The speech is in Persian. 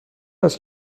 است